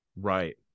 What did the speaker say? Right